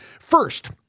First